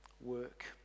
work